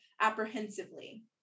apprehensively